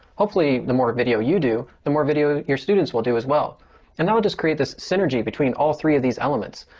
hopefully the more video you do, the more video your students will do as well and will just create this synergy between all three of these elements.